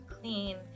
clean